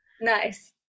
Nice